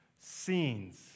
scenes